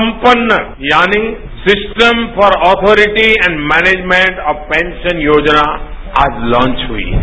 सम्पन्न यानी system for authority and management of pension योजना आज लॉन्च हुई है